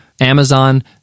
Amazon